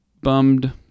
bummed